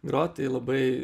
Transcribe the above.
grot tai labai